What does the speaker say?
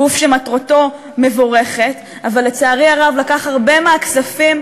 גוף שמטרתו מבורכת אבל לצערי הרב לקח הרבה מהכספים,